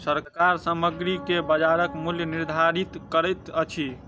सरकार सामग्री के बजारक मूल्य निर्धारित करैत अछि